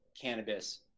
cannabis